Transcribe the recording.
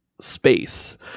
space